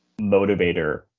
motivator